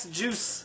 juice